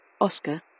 Oscar